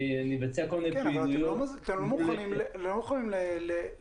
אני מבצע כל מיני פעילויות --- אבל אתם לא יכולים להביא